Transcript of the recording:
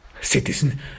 citizen